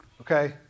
okay